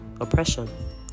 oppression